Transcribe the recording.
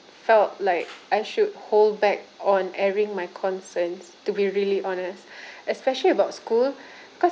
felt like I should hold back on airing my concerns to be really honest especially about school because